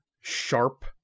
sharp